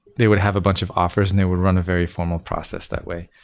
they would have a bunch of offers and they would run a very formal process that way.